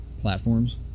platforms